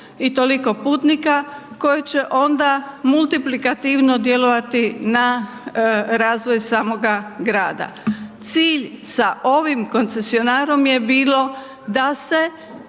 i toliko putnika koji će onda multiplikativno djelovati na razvoj samoga grada. Cilj sa ovim koncesionarom je bilo da se